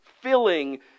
filling